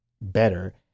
better